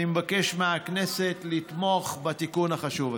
אני מבקש מהכנסת לתמוך בתיקון החשוב הזה.